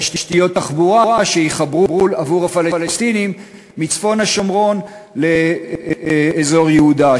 תשתיות תחבורה עבור הפלסטינים שיחברו מצפון השומרון לאזור יהודה,